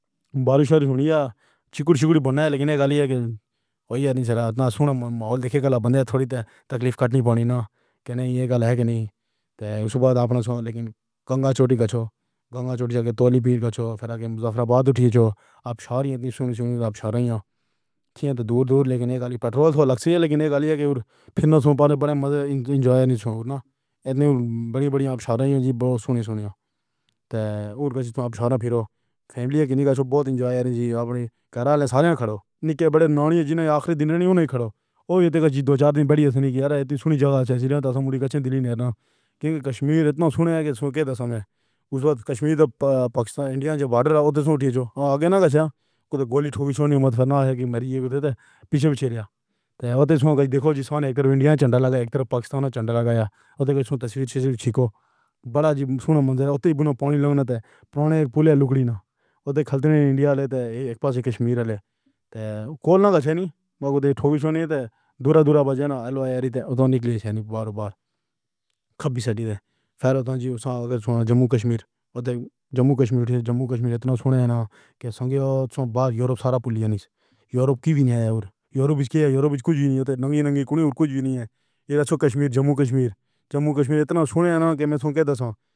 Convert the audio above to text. بارش ہونی ہے چِکڑی چِکڑی بنے لگی ہے۔ گلی کے ہوئی ہے نہ صرف سنو ماحول دیکھو۔ بندہ تھوڑی تکلیف گھٹ نہیں پانی۔ نہ کہنا یہ گَل ہے کہ نہیں۔ اُس بعد اپنا سونا لیکن گنگا چوڑی کا چھوڑو گنگا چوڑی جا کے تولی پیر کا چھورا۔ پھر مظفرآباد اُٹھی جو شاہ نے سُنی ہوگی۔ شاہ نے یہ دور دور لیکن یہ گالی پیٹرول لگی ہے۔ لیکن یہ گالی کی اور پھر نہ سن۔ پہلے بڑے مزے نہیں ہونا۔ اِتنی بڑی بڑی اب شادیاں بھی بہت سُنی سُنی ہیں۔ تو اور اب شادی پھیرو۔ فیملی کی بہت اجازت نہیں۔ اپنے گھر والے سارے کھڑو۔ نِکلے۔ بڑے نانی جی آخری دن اُنہیں کھڑو۔ او یہ تو دو چار دن پہلے ہی سُنّی کی یار سُنی جگہ چھے دلی میں تا کشمیر اِتنا سُنا ہے کہ سوکھے تو وقت اُس وقت کشمیر پاکستان انڈیا سے بارڈر ہوتے وقت آگے نہ کاجا کوئی گولی نہیں مارتا۔ نہ ہی میرج پیچھے چھوٹا تھا۔ اُس میں سے دیکھو جس نے ایک بار انڈیا کے ڈھنگ سے پاکستان آ چڑھا گیا۔ اُس کے ساتھ سیریز کھیلو بڑا جی منوج کو پانی لگا تو پورے پولے کڑی نہ اُترے کھل تُرینٹی انڈیا لے لے۔ ایک بار پھر کشمیر لے تو کال نہ کرنی۔ میں بھی ٹھوکر سے نہیں تھا۔ دُھرا دُھرا بجانا، اللہ یاری تو نکلے شنی بار بار۔ خاطر تو جموں کشمیر اور جموں کشمیر سے جموں کشمیر تک سُنایا نہ کہ سنگراہ سے باہر یورپ۔ سارا پول یورپ کی ہی اور یورپ۔ اِسی کے یورپ کچھ نہیں ہوتا۔ نئی نئی کوئی اور کچھ بھی نہیں ہے۔ یہ کشمیر۔ جموں کشمیر۔ جموں کشمیر اِتنا سُنا نہ کہ میں تو کہہ دوں۔